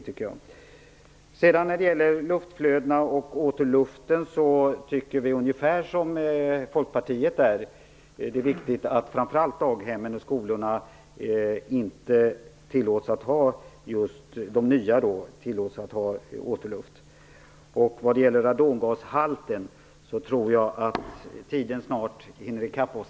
Vi tycker ungefär som Folkpartiet när det gäller luftflödena och återluften. Det är viktigt att framför allt nya daghem och skolor inte tillåts att ha återluft. När det gäller radongashalten tror jag att tiden snart hinner i kapp oss.